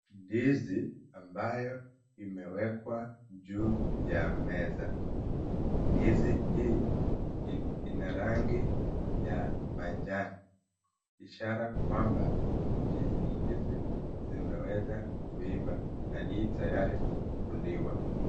Ndizi ambayo imewekwa juu ya meza, ndizi hii ina rangi ya manjano, ishara kwamba ndizi hizi zimeweza kuiva na ii tayari kuliwa.